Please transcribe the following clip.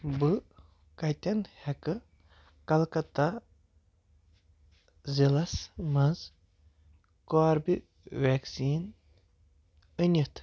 بہٕ کَتٮ۪ن ہٮ۪کہٕ کلکَتہ ضِلعس مَنٛز کوربہِ وٮ۪کسیٖن أنِتھ